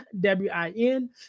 W-I-N